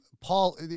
Paul